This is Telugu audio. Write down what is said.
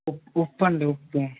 ఉప్ ఉప్పు అండి ఉప్పు